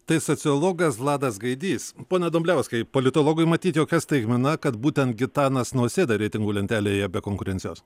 tai sociologas vladas gaidys pone dumbliauskai politologui matyt jokia staigmena kad būtent gitanas nausėda reitingų lentelėje be konkurencijos